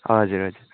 हजुर हजुर